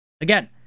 Again